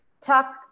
talk